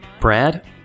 Brad